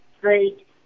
Great